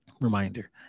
Reminder